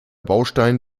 baustein